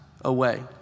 away